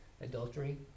adultery